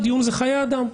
כאן הדיון הוא חיי אדם.